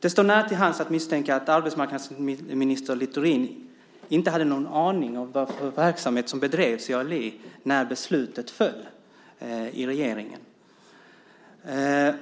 Det ligger nära till hands att misstänka att arbetsmarknadsminister Littorin inte hade någon aning om vilken verksamhet som bedrevs i ALI när beslutet fattades i regeringen.